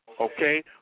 Okay